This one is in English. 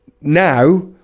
Now